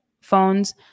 phones